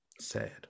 Sad